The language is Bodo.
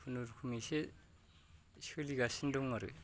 खुनुरुखुम इसे सोलिगासिनो दं आरो